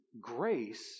grace